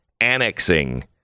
annexing